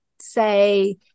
say